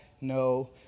no